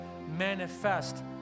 manifest